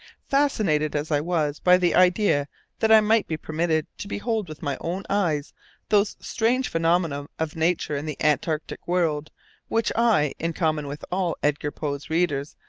fascinated as i was by the idea that i might be permitted to behold with my own eyes those strange phenomena of nature in the antarctic world which i, in common with all edgar poe's readers,